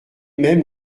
même